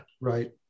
Right